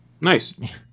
Nice